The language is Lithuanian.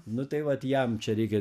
nu tai vat jam čia reikia